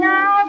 Now